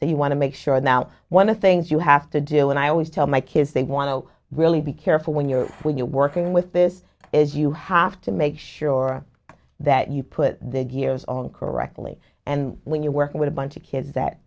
that you want to make sure that one of the things you have to do and i always tell my kids they want to really be careful when you're when you're working with this is you have to make sure that you put the gears on correctly and when you work with a bunch of kids that